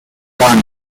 one